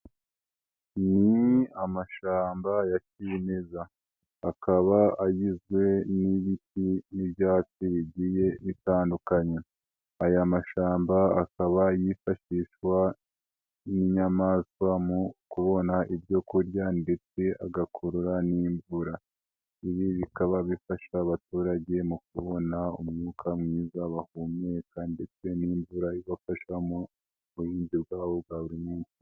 Ni amashamba ya kimeza akaba agizwe n'ibiti n'ibyatsi bigiye bitandukanye, aya mashyamba akaba yifashishwa n'inyamaswa mu kubona ibyo kurya, ndetse agakurura n'imvura. Ibi bikaba bifasha abaturage mu kubona umwuka mwiza bahumeka, ndetse n'imvura ibafasha mu buhinzi bwabo bwa buri munsi.